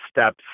steps